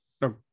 No